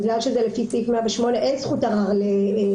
ובגלל שזה לפי סעיף 108 אין זכות ערר לנאשם,